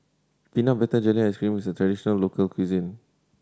peanut butter jelly ice cream is a traditional local cuisine